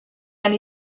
anni